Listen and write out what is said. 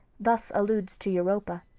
thus alludes to europa.